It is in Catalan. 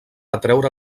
atraure